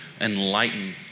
enlighten